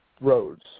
roads